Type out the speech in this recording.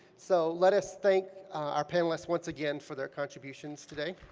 so let us thank our panelists once again for their contributions today.